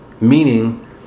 Meaning